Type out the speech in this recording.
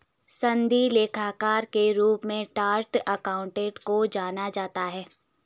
सनदी लेखाकार के रूप में चार्टेड अकाउंटेंट को जाना जाता है